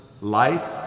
life